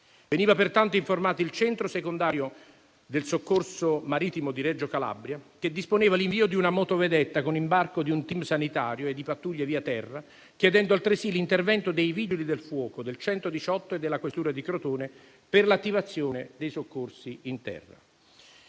Veniva pertanto informato il centro secondario del soccorso marittimo di Reggio Calabria, che disponeva l'invio di una motovedetta con imbarco di un *team* sanitario e di pattuglie via terra, chiedendo altresì l'intervento dei Vigili del fuoco, del 118 e della questura di Crotone, per l'attivazione dei soccorsi in terra.